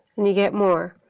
and you get more.